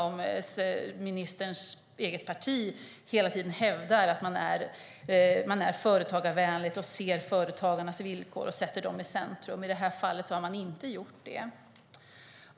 Ministerns eget parti hävdar ju hela tiden att man är företagarvänlig, ser företagarnas villkor och sätter dem i centrum. I detta fall har man inte gjort det.